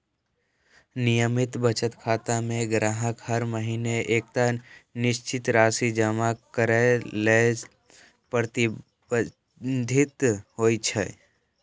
नियमित बचत खाता मे ग्राहक हर महीना एकटा निश्चित राशि जमा करै लेल प्रतिबद्ध होइ छै